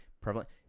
prevalent